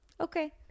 Okay